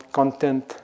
content